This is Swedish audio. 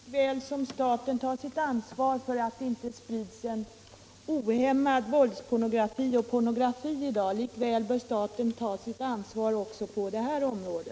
Herr talman! Lika väl som staten tar sitt ansvar för att det inte sprids en ohämmad pornografi och våldspornografi i dag, lika väl bör staten ta sitt ansvar också på detta område.